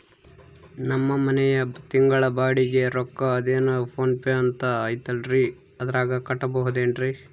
ನಮ್ಮ ಮನೆಯ ತಿಂಗಳ ಬಾಡಿಗೆ ರೊಕ್ಕ ಅದೇನೋ ಪೋನ್ ಪೇ ಅಂತಾ ಐತಲ್ರೇ ಅದರಾಗ ಕಟ್ಟಬಹುದೇನ್ರಿ?